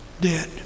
dead